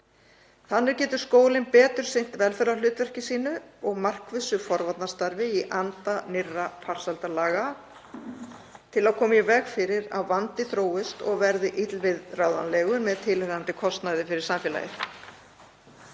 Þannig getur skólinn betur sinnt velferðarhlutverki sínu og markvissu forvarnarstarfi í anda nýrra farsældarlaga til að koma í veg fyrir að vandi þróist og verði illviðráðanlegur með tilheyrandi kostnaði fyrir samfélagið.